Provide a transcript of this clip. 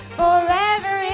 forever